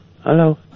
Hello